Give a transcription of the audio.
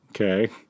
okay